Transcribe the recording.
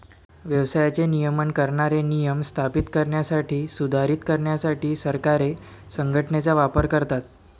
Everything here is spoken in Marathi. व्यवसायाचे नियमन करणारे नियम स्थापित करण्यासाठी, सुधारित करण्यासाठी सरकारे संघटनेचा वापर करतात